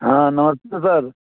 हाँ नमस्ते सर